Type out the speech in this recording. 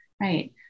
right